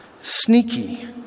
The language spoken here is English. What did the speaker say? sneaky